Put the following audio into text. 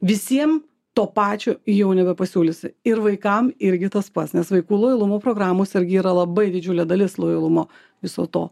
visiem to pačio jau nebepasiūlysi ir vaikam irgi tas pats nes vaikų lojalumo programos irgi yra labai didžiulė dalis lojalumo viso to